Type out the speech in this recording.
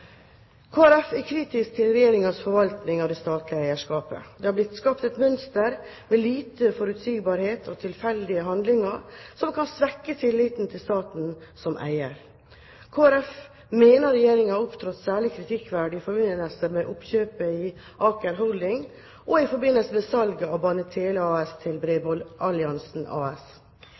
Folkeparti er kritisk til Regjeringens forvaltning av det statlige eierskapet. Det er blitt skapt et mønster med liten forutsigbarhet og tilfeldige handlinger, som kan svekke tilliten til staten som eier. Kristelig Folkeparti mener Regjeringen har opptrådt særlig kritikkverdig i forbindelse med oppkjøpet i Aker Holding og i forbindelse med salget av BaneTele AS til Bredbåndsalliansen AS.